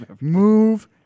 Move